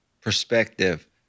perspective